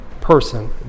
person